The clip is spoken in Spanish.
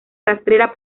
rastrera